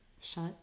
Shut